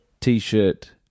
T-shirt